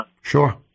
Sure